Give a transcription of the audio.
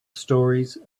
stories